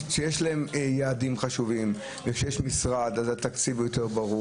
-- יש להם יעדים חשובים וכשיש משרד אז התקציב ברור